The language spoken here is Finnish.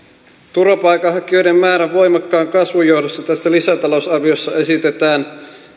turvapaikanhakijoiden määrän voimakkaan kasvun johdosta tässä lisätalousarviossa esitetään